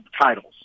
titles